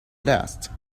last